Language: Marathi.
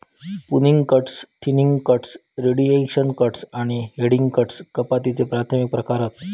pruning cuts, thinning cuts, reduction cuts आणि हेडिंग कट्स कपातीचे प्राथमिक प्रकार हत